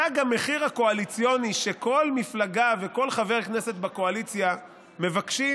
תג המחיר הקואליציוני שכל מפלגה וכל חבר כנסת בקואליציה מבקשים,